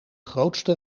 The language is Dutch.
grootste